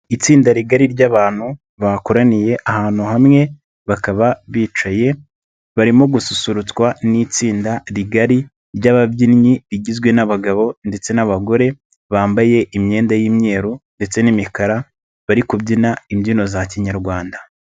Itsinda rigari ry'abantu bakoraniye ahantu hamwe bakaba bicaye, barimo gususurutswa n'itsinda rigari ry'babyinnyi rigizwe n'abagabo ndetse n'abagore bambaye imyenda y'imyeru ndetse n'imikara bari kubyina imbyino za Kinyarwanda.